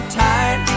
tight